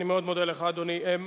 אני מאוד מודה לך, אדוני.